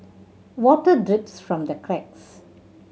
water drips from the cracks